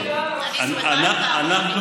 אני רוצה לדעת לוחות זמנים.